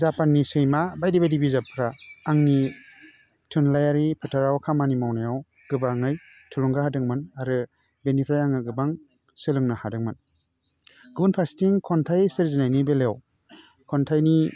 जापाननि सैमा बायदि बायदि बिजाबफ्रा आंनि थुनलाइयारि फोथाराव खामानि मावनायाव गोबाङै थुलुंगा होदोंमोन आरो बिनिफ्राय आङो गोबां सोलोंनो हादोंमोन गुबुन फारसेथिं खन्थाइ सोरजिनायनि बेलायाव खन्थाइनि